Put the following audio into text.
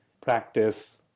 practice